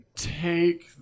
take